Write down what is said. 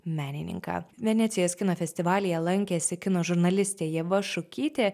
menininką venecijos kino festivalyje lankėsi kino žurnalistė ieva šukytė